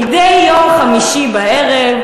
מדי יום חמישי בערב,